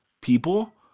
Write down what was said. people